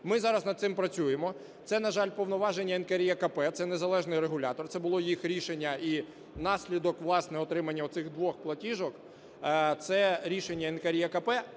Ми зараз над цим працюємо, це, на жаль, повноваження НКРЕКП, це незалежний регулятор, це було їх рішення і внаслідок, власне, отримання цих двох платіжок, це рішення НКРЕКП.